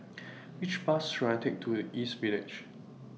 Which Bus should I Take to East Village